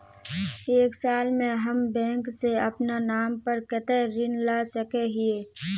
एक साल में हम बैंक से अपना नाम पर कते ऋण ला सके हिय?